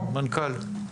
מנכ"ל?